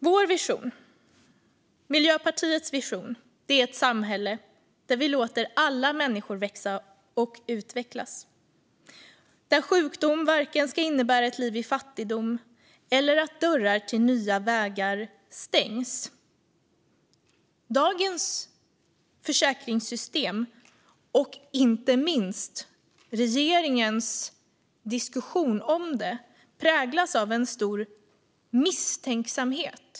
Vår vision, Miljöpartiets vision, är ett samhälle där vi låter alla människor växa och utvecklas. Sjukdom ska varken innebära ett liv i fattigdom eller att dörrar till nya vägar stängs. Dagens försäkringssystem och inte minst regeringens diskussion om det präglas av en stor misstänksamhet.